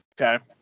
Okay